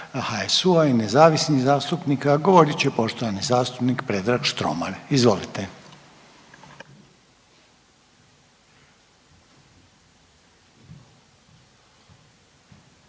HSU-a i nezavisnih zastupnika, a govorit će poštovani zastupnik Predrag Štromar. Izvolite.